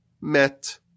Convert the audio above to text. met